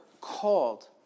called